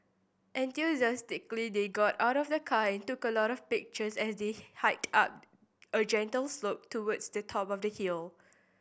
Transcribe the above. enthusiastically they got out of the car and took a lot of pictures as they hiked up a gentle slope towards the top of the hill